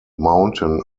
mountain